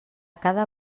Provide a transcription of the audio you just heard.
cada